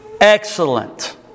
Excellent